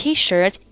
T-shirt